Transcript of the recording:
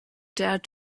dared